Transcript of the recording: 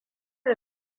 da